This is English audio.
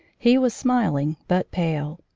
he was smiling, but pale.